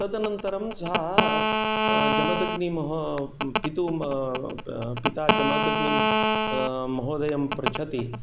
तदनन्तरं सा जमदग्निं महो पितुं पिता जमदग्निं महोदयं पृच्छति